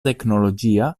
tecnologia